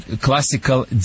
classical